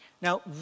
Now